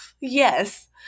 yes